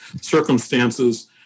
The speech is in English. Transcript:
circumstances